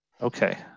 Okay